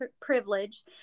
privilege